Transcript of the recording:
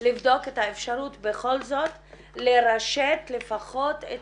לבדוק את האפשרות בכל זאת לרשת בכל זאת את